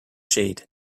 shade